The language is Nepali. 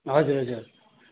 हजुर हजुर